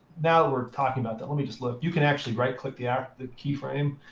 now that we're talking about that, let me just look. you can actually right-click the ah the keyframe,